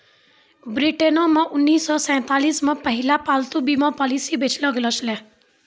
ब्रिटेनो मे उन्नीस सौ सैंतालिस मे पहिला पालतू बीमा पॉलिसी बेचलो गैलो छलै